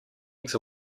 eggs